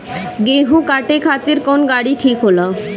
गेहूं काटे खातिर कौन गाड़ी ठीक होला?